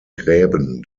gräben